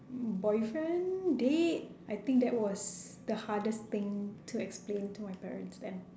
boyfriend date I think that was the hardest thing to explain to my parents then